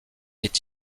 est